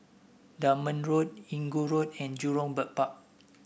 Dunman Road Inggu Road and Jurong Bird Park